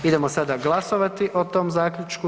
Idemo sada glasovati o tom zaključku.